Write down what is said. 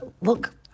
look